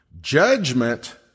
Judgment